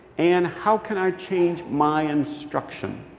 and how can i change my instruction?